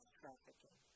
trafficking